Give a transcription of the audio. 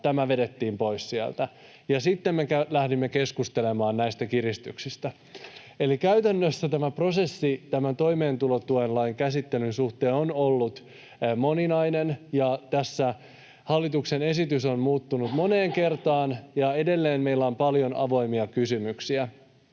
tämä vedettiin pois sieltä. Sitten me lähdimme keskustelemaan näistä kiristyksistä. Eli käytännössä prosessi tämän toimeentulotukilain käsittelyn suhteen on ollut moninainen. Tässä hallituksen esitys on muuttunut moneen kertaan, ja edelleen meillä on paljon avoimia kysymyksiä.